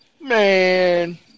Man